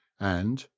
and,